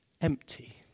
empty